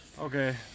Okay